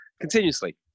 continuously